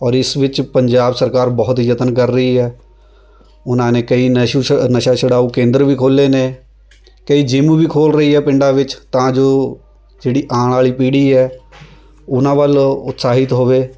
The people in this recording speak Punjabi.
ਔਰ ਇਸ ਵਿੱਚ ਪੰਜਾਬ ਸਰਕਾਰ ਬਹੁਤ ਹੀ ਯਤਨ ਕਰ ਰਹੀ ਹੈ ਉਹਨਾਂ ਨੇ ਕਈ ਨਸ਼ੂ ਨਸ਼ਾ ਛੁਡਾਓ ਕੇਂਦਰ ਵੀ ਖੋਲ੍ਹੇ ਨੇ ਕਈ ਜਿੰਮ ਵੀ ਖੋਲ੍ਹ ਰਹੀ ਹੈ ਪਿੰਡਾਂ ਵਿੱਚ ਤਾਂ ਜੋ ਜਿਹੜੀ ਆਉਣ ਵਾਲ਼ੀ ਪੀੜ੍ਹੀ ਹੈ ਉਹਨਾਂ ਵੱਲ ਉਤਸ਼ਾਹਿਤ ਹੋਵੇ